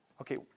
Okay